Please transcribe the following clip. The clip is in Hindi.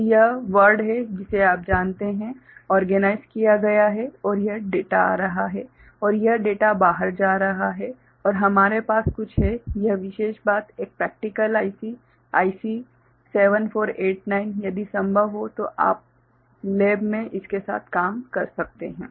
तो यह वर्ड है जिसे आप जानते हैं ओर्गेनाइस्ड किया गया है और यह डेटा आ रहा है और यह डेटा बाहर जा रहा है और हमारे पास कुछ है यह विशेष बात एक प्रेक्टिकल आईसी IC7489 यदि संभव हो तो आप प्रयोगशाला में इसके साथ काम कर सकते हैं